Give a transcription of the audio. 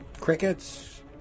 crickets